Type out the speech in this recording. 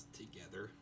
together